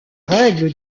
règles